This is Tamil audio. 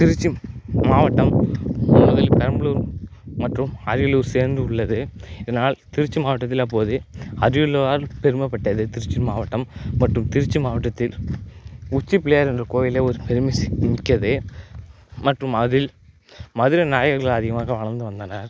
திருச்சி மாவட்டம் முதலில் பெரம்பலூர் மற்றும் அரியலூர் சேர்ந்து உள்ளது இதனால் திருச்சி மாவட்டத்தில் அப்போது அரியலூரால் பெருமைப்பட்டது திருச்சி மாவட்டம் மற்றும் திருச்சி மாவட்டத்தில் உச்சிப் பிள்ளையார் என்ற கோயிலே ஒரு பெருமைமிக்கது மற்றும் அதில் மதுரை நாயகர்கள் அதிகமாக வாழ்ந்து வந்தனர்